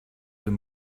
dem